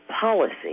policy